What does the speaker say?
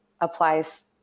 applies